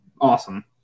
awesome